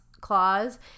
claws